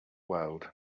world